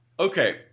Okay